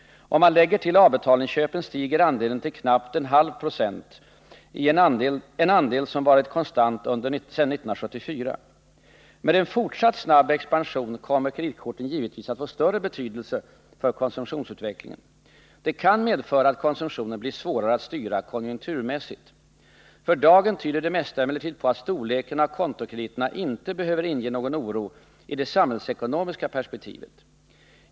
Om man lägger till avbetalningsköpen stiger andelen till knappt 0,5 26 — en andel som varit konstant sedan 1974. Med en fortsatt snabb expansion kommer kreditkorten givetvis att få större betydelse för konsumtionsutvecklingen. Det kan medföra att konsumtionen blir svårare att styra konjunkturmässigt. För dagen tyder det mesta emellertid på att storleken av kontokrediterna inte behöver inge någon oro i det samhällsekonomiska perspektivet.